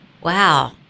Wow